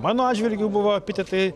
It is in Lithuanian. mano atžvilgiu buvo epitetai